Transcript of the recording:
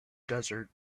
desert